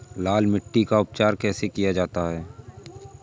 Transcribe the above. लाल मिट्टी का उपचार कैसे किया जाता है?